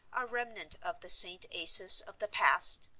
a remnant of the st. asaph's of the past,